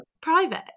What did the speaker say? private